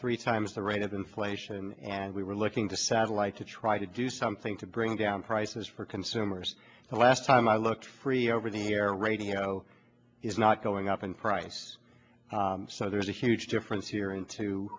three times the rate of inflation and we were looking to satellite to try to do something to bring down prices for consumers last time i looked free over the air radio is not going up in price so there's a huge difference here into